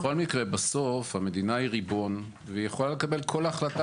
בכל מקרה בסוף המדינה היא ריבון והיא יכולה לקבל כל החלטה